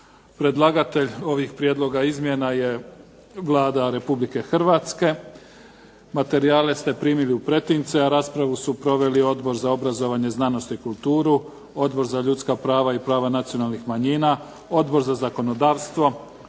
Predlagatelj ovih prijedloga izmjena je Vlada Republike Hrvatske. Materijale ste primili u pretince. Raspravu su proveli Odbor za obrazovanje, znanost i kulturu, Odbor za ljudska prava i prava nacionalnih manjina, Odbor za zakonodavstvo,